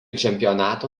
čempionato